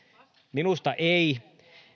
minusta ei